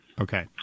Okay